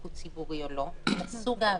הוא ציבורי או לא אלא סוג העבירה.